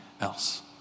else